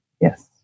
Yes